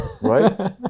Right